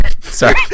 Sorry